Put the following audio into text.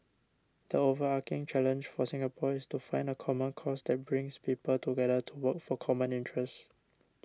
the overarching challenge for Singapore is to find a common cause that brings people together to work for common interests